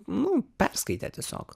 nu perskaitė tiesiog